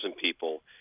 people